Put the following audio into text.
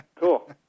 cool